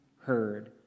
heard